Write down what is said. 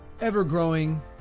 ever-growing